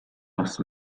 нас